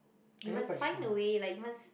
you must find a way like you must